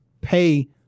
pay